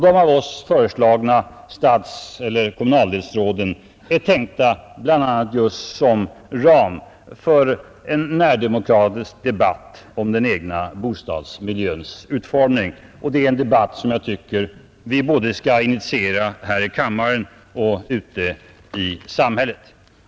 De av oss föreslagna stadseller kommundelsråden är tänkta bl.a. just som ram för en närdemokratisk debatt om den egna bostadsmiljöns utformning. En debatt som det är viktigt att initiera både här i riksdagen och ute i samhället.